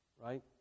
right